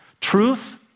Truth